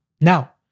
Now